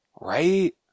Right